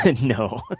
No